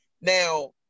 Now